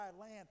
land